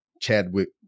Chadwick